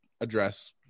address